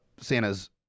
Santa's